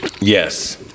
Yes